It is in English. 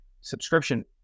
subscription